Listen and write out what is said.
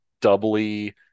doubly